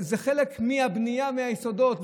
זה חלק מהבנייה, מהיסודות.